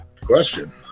Question